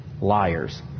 liars